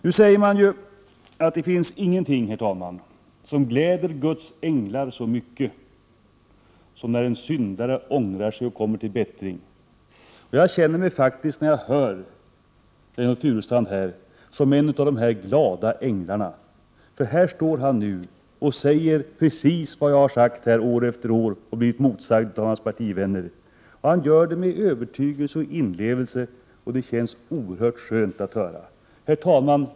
Man säger ju att ingenting gläder Guds änglar så mycket som när en syndare ångrar sig och kommer till bättring. Jag känner mig faktiskt, när jag hör Reynoldh Furustrand här, som en av de glada änglarna. Här står han nu och säger precis vad jag sagt år efter år och blivit motsagd av hans partivänner. Han gör det med övertygelse och inlevelse. Det känns oerhört skönt att höra. Herr talman!